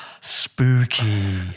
Spooky